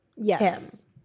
Yes